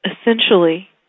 essentially